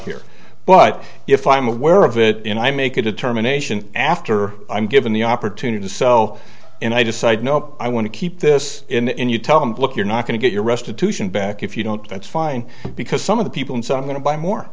here but if i'm aware of it and i make a determination after i'm given the opportunity to sell and i decide no i want to keep this in the end you tell them look you're not going to get your restitution back if you don't that's fine because some of the people and so i'm going to buy more